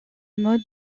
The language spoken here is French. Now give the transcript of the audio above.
mode